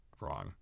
wrong